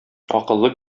акыллы